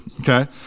okay